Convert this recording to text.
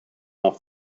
off